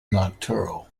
nocturnal